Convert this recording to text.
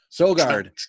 Sogard